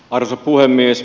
arvoisa puhemies